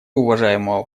уважаемого